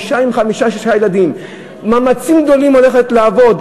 אישה עם חמישה-שישה ילדים במאמצים גדולים הולכת לעבוד.